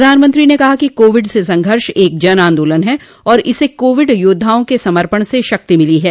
प्रधानमंत्री ने कहा कि कोविड से संघर्ष एक जन आंदोलन है और इसे कोविड योद्वाओं के समर्पण से शक्ति मिली है